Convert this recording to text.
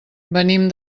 venim